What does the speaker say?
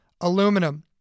aluminum